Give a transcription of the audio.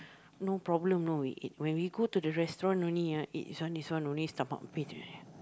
no problem you know we eat when we go to the restaurant only ah eat this one this one only stomach pain already